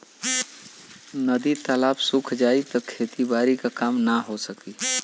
नदी तालाब सुख जाई त खेती बारी क काम ना हो सकी